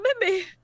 baby